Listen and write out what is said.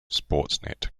sportsnet